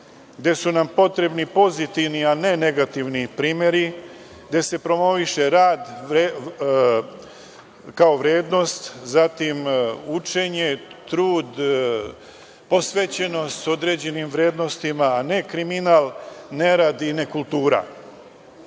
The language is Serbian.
gde su nam potrebni pozitivni, a ne negativni primeri, gde se promoviše rad kao vrednost, zatim učenje, trud, posvećenost određenim vrednostima, a ne kriminal, nerad i nekultura.